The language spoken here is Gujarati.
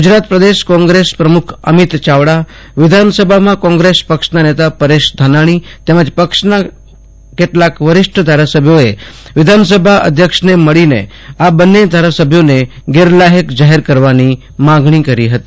ગુજરાત પ્રદેશ કોંગ્રેસ પ્રમુખ અમિત ચાવડા વિધાનસભામાં કોંગ્રેસ પક્ષના નેતા પરેશ ધાનાણી તેમજ પક્ષના કેટલાક વરિષ્ઠ ધારાસભ્યો વિધાનસભાના અધ્યક્ષને મળીને આ બંને ધારાસભ્યોને ગેરલાયક જાહેર કરવાની માગણી કરી હતી